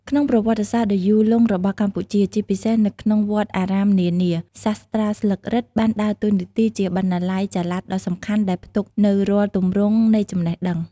ក្នុងប្រវត្តិសាស្រ្តដ៏យូរលង់របស់កម្ពុជា ជាពិសេសនៅក្នុងវត្តអារាមនានា សាស្រ្តាស្លឹករឹតបានដើរតួនាទីជាបណ្ណាល័យចល័តដ៏សំខាន់ដែលផ្ទុកនូវរាល់ទម្រង់នៃចំណេះដឹង។